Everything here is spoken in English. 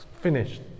finished